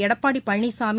Edappadi Palaniswami